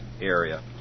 area